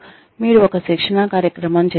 మీరు ఒక శిక్షణా కార్యక్రమం చేసారు